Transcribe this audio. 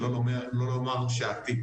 שלא לומר שעתי.